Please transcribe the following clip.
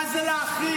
מה זה לאחים?